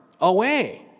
away